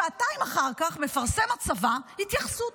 שעתיים אחר כך מפרסם הצבא התייחסות: